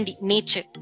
nature